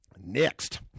Next